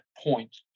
point